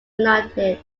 united